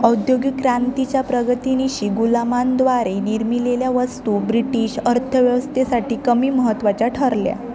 औद्योगिक क्रांतीच्या प्रगतीनिशी गुलामांद्वारे निर्मिलेल्या वस्तू ब्रिटिश अर्थव्यवस्थेसाठी कमी महत्त्वाच्या ठरल्या